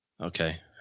Okay